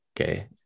Okay